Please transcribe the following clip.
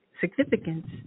significance